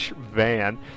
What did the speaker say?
van